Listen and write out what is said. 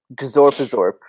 Gazorpazorp